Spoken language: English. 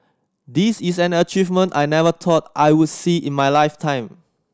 this is an achievement I never thought I would see in my lifetime